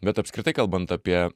bet apskritai kalbant apie